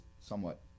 somewhat